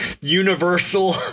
universal